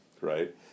right